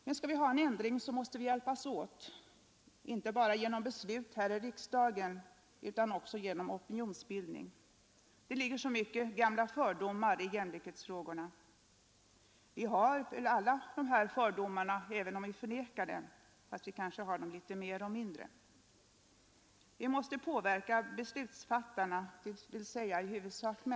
Men skall vi ha en ändring måste vi hjälpas åt, inte bara genom beslut här i riksdagen utan också genom opinionsbildning. Det ligger så mycket gamla fördomar i jämlikhetsfrågorna. Vi har väl alla sådana fördomar, även om vi förnekar dem, fast vi kanske har dem litet mer eller mindre. Vi måste påverka beslutsfattarna, dvs. i huvudsak män.